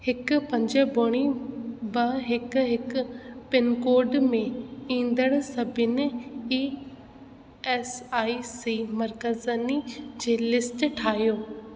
हिकु पंज ॿुड़ी ॿ हिकु हिकु पिनकोड में ईंदड़ु सभिनि ई एस आई सी मर्कज़नि जी लिस्ट ठाहियो